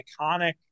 iconic